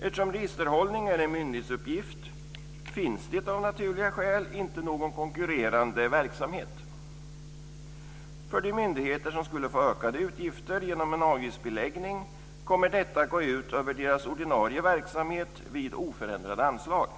Eftersom registerhållning är en myndighetsuppgift finns det av naturliga skäl inte någon konkurrerande verksamhet. För de myndigheter som skulle få ökade utgifter genom en avgiftsbeläggning kommer detta att gå ut över deras ordinarie verksamhet vid oförändrade anslag.